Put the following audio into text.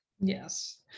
Yes